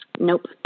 Nope